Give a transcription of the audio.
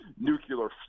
nuclear